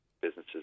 businesses